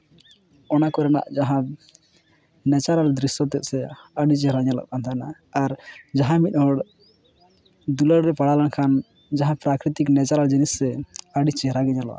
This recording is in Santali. ᱚᱱᱟ ᱠᱚᱨᱮᱱᱟᱜ ᱡᱟᱦᱟᱸ ᱱᱮᱪᱟᱨᱮᱞ ᱫᱨᱤᱥᱥᱚ ᱛᱮᱫ ᱥᱮ ᱟᱹᱰᱤ ᱪᱮᱦᱨᱟ ᱧᱮᱞᱚᱜ ᱠᱟᱱ ᱛᱟᱦᱮᱱᱟ ᱟᱨ ᱡᱟᱦᱟᱸᱭ ᱢᱤᱫ ᱦᱚᱲ ᱫᱩᱞᱟᱹᱲ ᱨᱮ ᱯᱟᱲᱟᱣ ᱞᱮᱱᱠᱷᱟᱱ ᱡᱟᱦᱟᱸ ᱯᱨᱟᱠᱨᱤᱛᱤᱠ ᱱᱮᱪᱟᱨᱮᱞ ᱡᱤᱱᱤᱥ ᱥᱮ ᱟᱹᱰᱤ ᱪᱮᱦᱨᱟ ᱜᱮ ᱧᱮᱞᱚᱜᱼᱟ